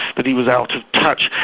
but he was out of touch,